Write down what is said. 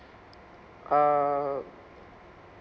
um